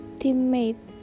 teammate